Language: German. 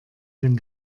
den